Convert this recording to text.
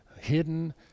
hidden